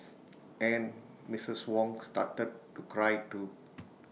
and Mrs Wong started to cry too